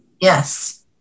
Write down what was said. Yes